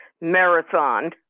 marathon